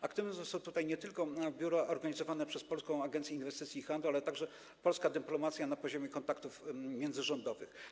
Aktywne są tutaj nie tylko biura organizowane przez Polską Agencję Inwestycji i Handlu, ale także polska dyplomacja na poziomie kontaktów międzyrządowych.